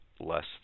less